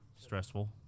Stressful